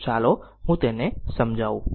તો ચાલો હું તેને સમજાવું